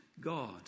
God